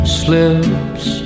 slips